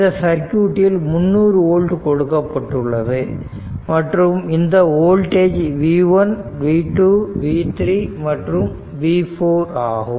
இந்த சர்க்யூட்டில் 300 ஓல்ட் கொடுக்கப்பட்டுள்ளது மற்றும் இந்த வோல்டேஜ் v1 v2 v3 மற்றும் v4 ஆகும்